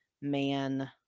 man